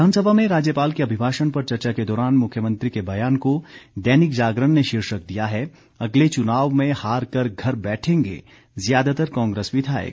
विधानसभा में राज्यपाल के अभिभाषण पर चर्चा के दौरान मुख्यमंत्री के बयान को दैनिक जागरण ने शीर्षक दिया है अगले चुनाव में हारकर घर बैठेंगे ज्यादातर कांग्रेस विधायक